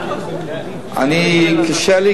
קשה לי,